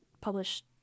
published